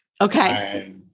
Okay